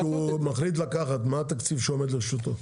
כשהוא מחליט לקחת מה התקציב שעומד לרשותו?